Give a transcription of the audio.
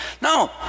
No